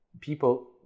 people